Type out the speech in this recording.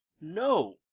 no